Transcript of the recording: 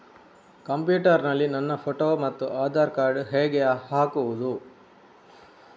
Computer ನಲ್ಲಿ ನನ್ನ photo ಮತ್ತು ಆಧಾರ್ ಕಾರ್ಡ್ ಹೇಗೆ ಹಾಕುವುದು?